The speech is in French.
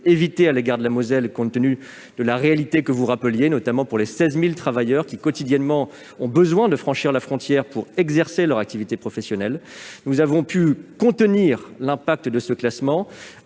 éviter pour la Moselle, compte tenu de la réalité que vous avez rappelée, notamment pour les 16 000 travailleurs qui, quotidiennement, ont besoin de franchir la frontière pour exercer leur activité professionnelle. Nous avons pu contenir l'impact de ce classement